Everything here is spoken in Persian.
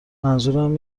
منظورم